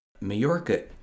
Majorca